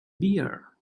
bear